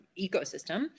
ecosystem